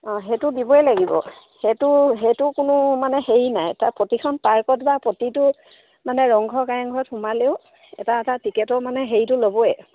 অঁ সেইটো দিবই লাগিব সেইটো সেইটো কোনো মানে হেৰি নাই তাৰ প্ৰতিখন পাৰ্কত বা প্ৰতিটো মানে ৰংঘৰ কাৰেংঘত সোমালেও এটা এটা টিকেটৰ মানে হেৰিটো ল'বয়েই